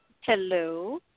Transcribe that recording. Hello